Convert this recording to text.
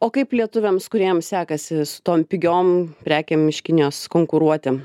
o kaip lietuviams kuriems sekasi su tom pigiom prekėm iš kinijos konkuruoti